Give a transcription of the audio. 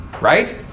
Right